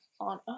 on